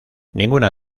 ninguna